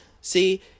See